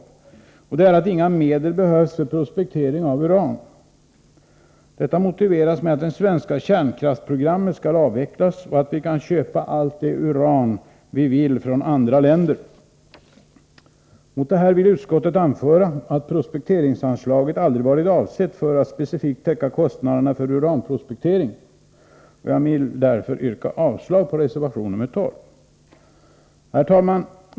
Argumentet är att inga medel behövs för prospektering av uran. Detta motiveras med att det svenska kärnkraftsprogrammet skall avvecklas och att vi kan köpa allt det uran vi vill från andra länder. Mot detta vill utskottet anföra, att prospekteringsanslaget aldrig varit avsett för att specifikt täcka kostnader för uranprospektering, och jag vill därför yrka avslag på reservationen nr 12. Herr talman!